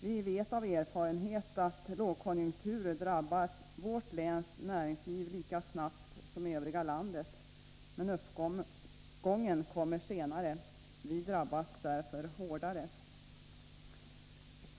Vi vet av erfarenhet att lågkonjunktur drabbar vårt läns näringsliv lika snabbt som övriga landets, men uppgången kommer senare. Vi drabbas därför hårdare.